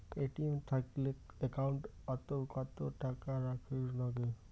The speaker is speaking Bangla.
এ.টি.এম থাকিলে একাউন্ট ওত কত টাকা রাখীর নাগে?